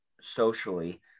socially